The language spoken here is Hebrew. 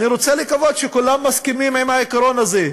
אני רוצה לקוות שכולם מסכימים עם העיקרון הזה,